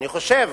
אני חושב